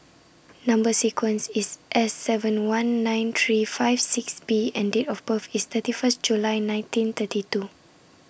Number sequence IS S seven one nine three five six B and Date of birth IS thirty First July nineteen thirty two